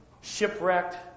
shipwrecked